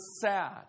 sad